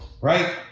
Right